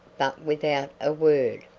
but without a word.